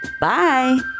Bye